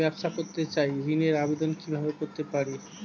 আমি ব্যবসা করতে চাই ঋণের আবেদন কিভাবে করতে পারি?